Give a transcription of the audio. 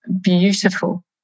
beautiful